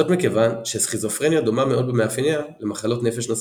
זאת מכיוון שסכיזופרניה דומה מאוד במאפייניה למחלות נפש נוספות.